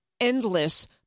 endless